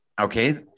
Okay